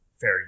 fair